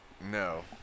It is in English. No